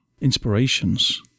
inspirations